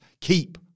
keep